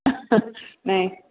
नाही